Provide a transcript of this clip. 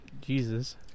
Jesus